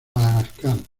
madagascar